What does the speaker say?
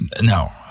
No